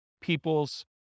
people's